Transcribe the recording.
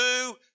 two